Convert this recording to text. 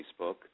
Facebook